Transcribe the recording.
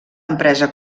empresa